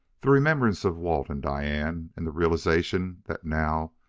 the remembrance of walt and diane, and the realization that now,